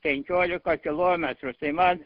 penkiolika kilometrų tai man